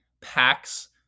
packs